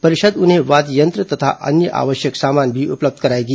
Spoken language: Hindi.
परिषद उन्हें वाद्य यंत्र तथा अन्य आवश्यक सामान भी उपलब्ध कराएगी